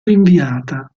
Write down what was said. rinviata